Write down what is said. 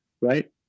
right